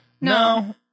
No